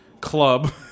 club